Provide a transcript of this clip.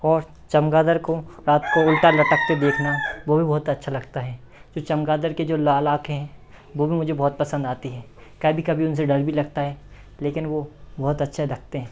और चमगादड़ को रात को उल्टा लटकते देखना वो भी बहुत अच्छा लगता है जो चमगादड़ के जो लाल आँखे हैं वो भी मुझे बहुत पसंद आती हैं कभी कभी उनसे डर भी लगता है लेकिन वो बहुत अच्छा दखते हैं